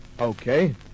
Okay